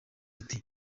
ati